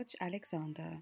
Alexander